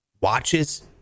Watches